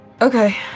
Okay